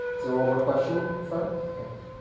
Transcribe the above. is there one more question upfront? ok.